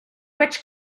which